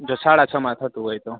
જો સાડા છ માં થતું હોય તો